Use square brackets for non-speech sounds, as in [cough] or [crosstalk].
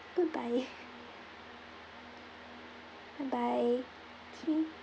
goodbye [laughs] bye bye okay